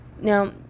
Now